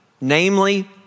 namely